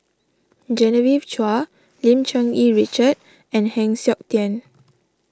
Genevieve Chua Lim Cherng Yih Richard and Heng Siok Tian